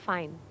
Fine